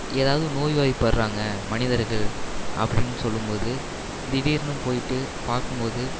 ஏதாவது நோய்வாய்ப்படுறாங்க மனிதர்கள் அப்படின்னு சொல்லும்போது திடீர்னு போய்ட்டு பார்க்கும்போது